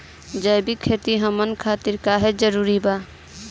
जैविक खेती हमन खातिर काहे जरूरी बा?